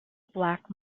black